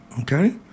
okay